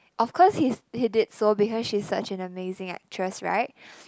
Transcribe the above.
of course he's he did so because she's such an amazing actress right